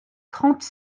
trente